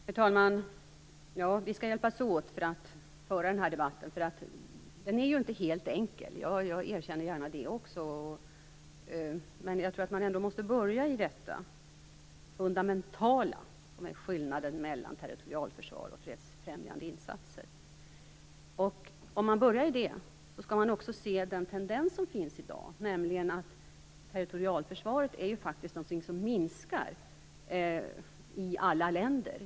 Herr talman! Vi skall hjälpas åt för att föra den här debatten. Den är ju inte helt enkel. Jag erkänner gärna det också. Men jag tror ändå att man måste börja i det fundamentala som är skillnaden mellan territorialförsvar och fredsfrämjande insatser. Om man börjar där skall man också se den tendens som finns i dag, nämligen att territorialförsvaret faktiskt är någonting som minskar i alla länder.